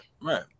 right